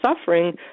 suffering